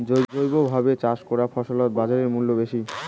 জৈবভাবে চাষ করা ফছলত বাজারমূল্য বেশি